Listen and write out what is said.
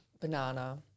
Banana